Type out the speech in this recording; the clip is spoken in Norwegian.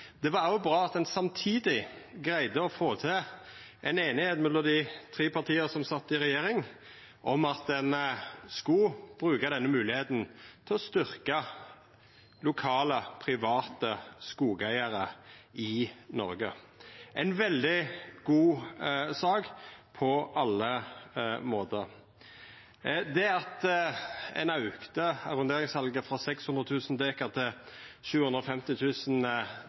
Det var òg bra at ein samtidig greidde å få til ei einigheit mellom dei tre partia som sat i regjering, om at ein skulle bruka denne moglegheita til å styrkja lokale private skogeigarar i Noreg. Det var ei veldig god sak på alle måtar. Det at ein auka arronderingssalet frå 600 000 dekar til